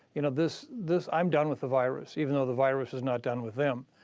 you know this this i'm done with the virus, even though the virus is not done with them.